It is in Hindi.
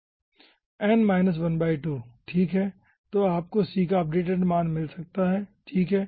n 12 ठीक है और आपको c का अपडेटेड मान मिल सकता हैं ठीक है